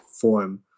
form